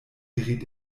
geriet